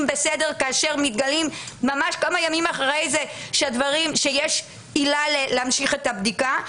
בסדר כאשר ממש כמה ימים אחרי זה מתגלה שיש עילה להמשיך את הבדיקה.